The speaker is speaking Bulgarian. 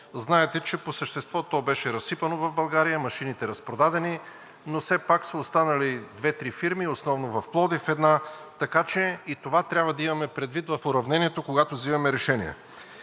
Знаете, че по същество то беше разсипано в България, машините разпродадени, но все са останали две-три фирми, основно в Пловдив една, така че и това трябва да имаме предвид в уравнението, когато взимаме решение.